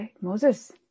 Moses